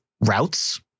routes